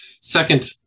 second